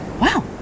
wow